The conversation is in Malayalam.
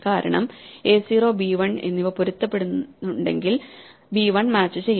കാരണം എ 0 ബി 1 അവ പൊരുത്തപ്പെടുന്നെങ്കിൽ ബി 1 മാച്ച് ചെയ്യും